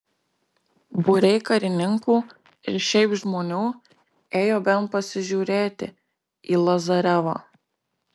būriai karininkų ir šiaip žmonių ėjo bent pasižiūrėti į lazarevą